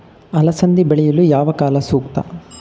ಅಲಸಂದಿ ಬೆಳೆಯಲು ಯಾವ ಕಾಲ ಸೂಕ್ತ?